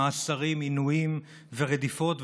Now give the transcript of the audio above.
עינויים ורדיפות,